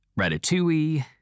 Ratatouille